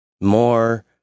more